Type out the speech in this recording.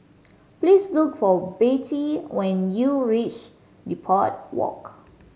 please look for Bettye when you reach Depot Walk